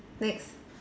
next